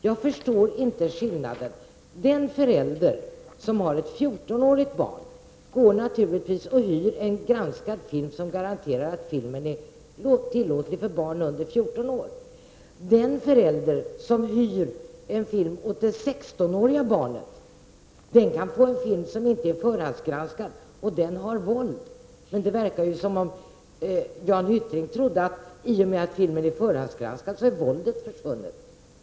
Den förälder som skall hyra en film till sitt 14-åriga barn går naturligtvis och hyr en granskad film, vilket garanterar att filmen är tillåten för barn under 14 år. Den förälder som hyr en film till ett 16-årigt barn kan få en film som inte är förhandsgranskad. Den innehåller våld. Det verkar som om Jan Hyttring tror att i och med att filmerna förhandsgranskats så har våldet försvunnit.